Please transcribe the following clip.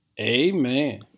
Amen